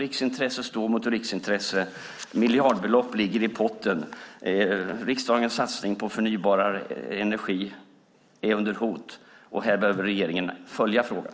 Riksintresse står mot riksintresse. Miljardbelopp ligger i potten. Riksdagens satsning på förnybar energi är under hot. Regeringen behöver följa frågan.